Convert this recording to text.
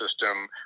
system